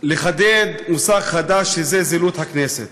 לחדד מושג חדש, "זילות הכנסת".